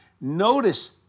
Notice